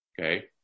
Okay